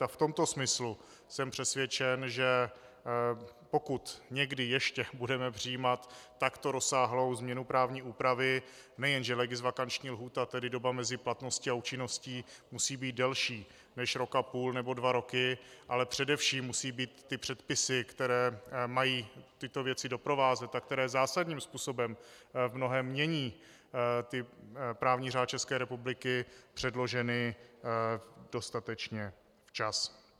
A v tomto smyslu jsem přesvědčen, že pokud někdy ještě budeme přijímat takto rozsáhlou změnu právní úpravy, nejen že legisvakanční lhůta tedy doba mezi platností a účinností musí být delší než rok a půl nebo dva roky, ale především musí být předpisy, které mají tyto věci doprovázet a které zásadním způsobem v mnohém mění právní řád České republiky, předloženy dostatečně včas.